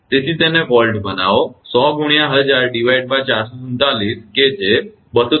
તેથી તેને વોલ્ટ બનાવો 100×1000 447 કે જે 223